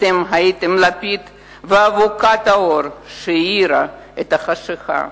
אתם הייתם הלפיד ואבוקת האור שהאירה את החשכה.